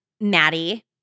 Maddie